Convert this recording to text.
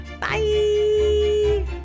Bye